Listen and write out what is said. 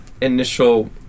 initial